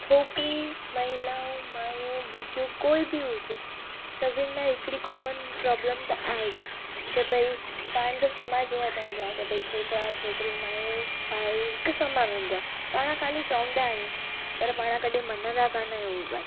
छोकिरी महिलाऊं मायूं ॿुढियूं कोई बि हुजे सभिनि लाइ हिकिड़ी कॉमन प्रॉब्लम त आहे ज की भई पंहिंजो समाज इहो चवंदो आहे की भई छोकिरा छोकिरी मायूं भाई हिकु समान हूंदो आहे पाणि ख़ाली चवंदा आहियूं पर पाणि कॾहिं मञींदा कान आहियूं उहा ॻाल्हि